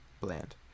bland